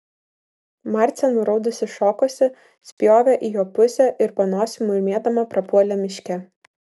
marcė nuraudusi šokosi spjovė į jo pusę ir po nosim murmėdama prapuolė miške